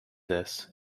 this